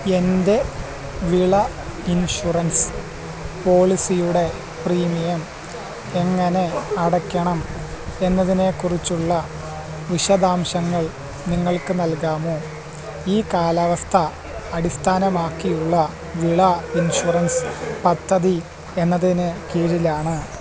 എൻ്റെ വിള ഇൻഷുറൻസ് പോളിസിയുടെ പ്രീമിയം എങ്ങനെ അടക്കണം എന്നതിനെ കുറിച്ചുള്ള വിശദാംശങ്ങൾ നിങ്ങൾക്ക് നൽകാമോ ഈ കാലാവസ്ഥ അടിസ്ഥാനമാക്കിയുള്ള വിള ഇൻഷുറൻസ് പദ്ധതി എന്നതിന് കീഴിലാണ്